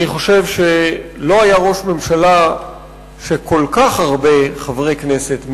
לא היה ראש ממשלה שכל כך הרבה חברי כנסת,